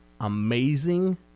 amazing